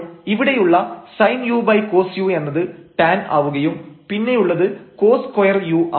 അപ്പോൾ ഇവിടെയുള്ള sin ucos u എന്നത് tan ആവുകയും പിന്നെയുള്ളത് cos2u ആണ്